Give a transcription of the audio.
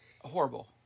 Horrible